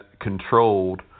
controlled